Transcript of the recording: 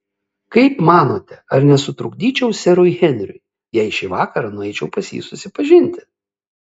kaip manote ar nesutrukdyčiau serui henriui jei šį vakarą nueičiau pas jį susipažinti